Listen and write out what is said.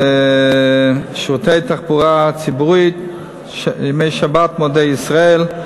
שירותי תחבורה ציבורית בימי שבת ומועדי ישראל,